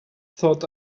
thought